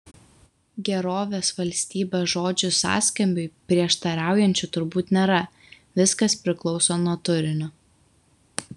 gerovės valstybės žodžių sąskambiui prieštaraujančių turbūt nėra viskas priklauso nuo turinio